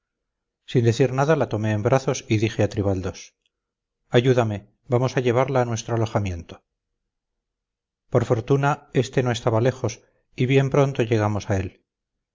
sin decir nada la tomé en brazos y dije a tribaldos ayúdame vamos a llevarla a nuestro alojamiento por fortuna este no estaba lejos y bien pronto llegamos a él